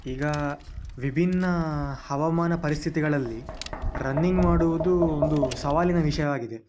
ಈಗ ವಿಭಿನ್ನ ಹವಾಮಾನ ಪರಿಸ್ಥಿತಿಗಳಲ್ಲಿ ರನ್ನಿಂಗ್ ಮಾಡುವುದು ಒಂದು ಸವಾಲಿನ ವಿಷಯವಾಗಿದೆ